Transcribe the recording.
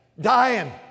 dying